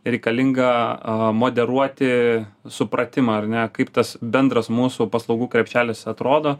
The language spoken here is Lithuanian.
reikalingą moderuoti supratimą ar ne kaip tas bendras mūsų paslaugų krepšelis atrodo